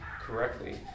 correctly